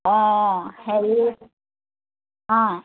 অঁ হেৰি অঁ